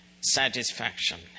satisfaction